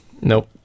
Nope